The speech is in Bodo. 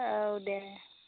औ दे